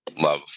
love